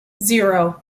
zero